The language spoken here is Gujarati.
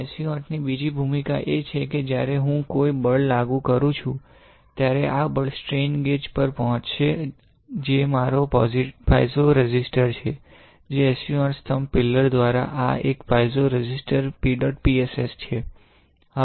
SU 8 ની બીજી ભૂમિકા એ છે કે જ્યારે હું કોઈ બળ લાગુ કરું છું ત્યારે આ બળ સ્ટ્રેન ગેજ પર પહોંચશે જે મારો પાઇઝો રેઝિસ્ટર છે જે SU 8 સ્તંભ દ્વારા આ એક પાઇઝો રેઝિસ્ટર PEDOT PSS છે